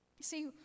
See